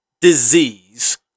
disease